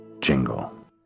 Jingle